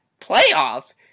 playoffs